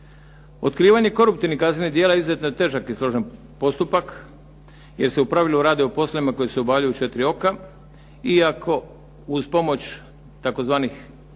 Otkrivanje koruptivnih kaznenih djela izuzetno je težak i složen postupak jer se u pravilu radi o poslovima koji se obavljaju u četiri oka i ako uz pomoć